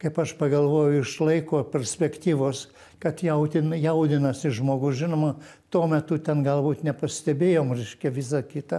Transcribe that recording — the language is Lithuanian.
kaip aš pagalvoju iš laiko perspektyvos kad jautėm jaudinasi žmogus žinoma tuo metu ten galbūt nepastebėjom reiškia visa kita